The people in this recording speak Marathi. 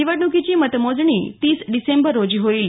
निवडणुकीची मतमोजणी तीस डिसेंबर रोजी होईल